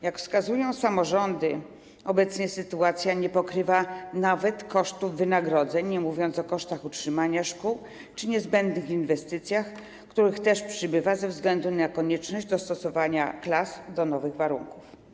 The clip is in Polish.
Jak wskazują samorządy, obecnie nie pokrywa się nawet kosztów wynagrodzeń, nie mówiąc o kosztach utrzymania szkół czy niezbędnych inwestycjach, których też przybywa ze względu na konieczność dostosowania klas do nowych warunków.